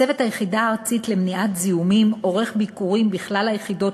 צוות היחידה הארצית למניעת זיהומים עורך ביקורים בכלל היחידות